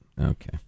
Okay